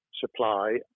supply